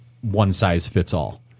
one-size-fits-all